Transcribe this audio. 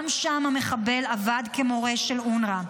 גם שם המחבל עבד כמורה של אונר"א.